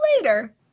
later